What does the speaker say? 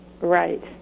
right